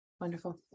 Wonderful